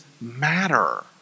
matter